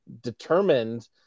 determined